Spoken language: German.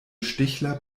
stichler